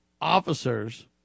officers